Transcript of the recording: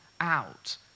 out